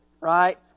right